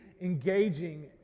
engaging